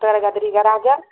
तऽ गदरी गड़ा गेल